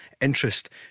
interest